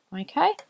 Okay